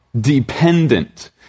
Dependent